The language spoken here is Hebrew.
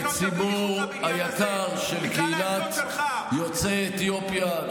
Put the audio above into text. בציבור היקר של קהילת יוצאי אתיופיה.